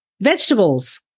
Vegetables